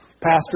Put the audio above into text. Pastor